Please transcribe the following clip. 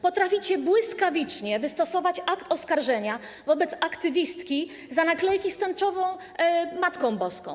Potraficie błyskawicznie wystosować akt oskarżenia wobec aktywistki za naklejki z tęczową Matką Boską.